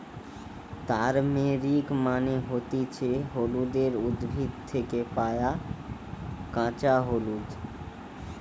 turmeric মানে হতিছে হলুদের উদ্ভিদ থেকে পায়া কাঁচা হলুদ